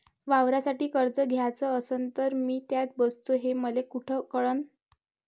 वावरासाठी कर्ज घ्याचं असन तर मी त्यात बसतो हे मले कुठ कळन?